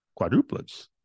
quadruplets